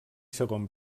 segon